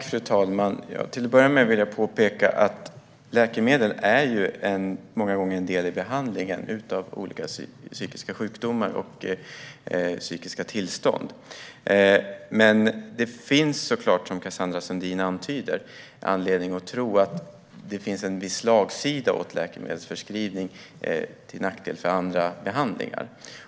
Fru talman! Till att börja med vill jag påpeka att läkemedel många gånger är en del i behandlingen av olika psykiska sjukdomar och psykiska tillstånd. Som Cassandra Sundin antyder finns det emellertid såklart anledning att tro att det finns en viss slagsida åt läkemedelsförskrivning till nackdel för andra behandlingar.